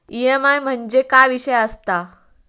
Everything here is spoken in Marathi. ई.एम.आय म्हणजे काय विषय आसता?